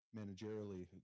managerially